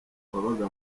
wabaga